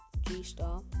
G-Star